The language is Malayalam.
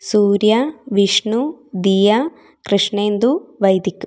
സൂര്യ വിഷ്ണു ദിയ കൃഷ്ണേന്ദു വൈദിക്ക്